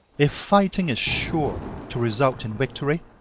if fighting is sure to result in victory,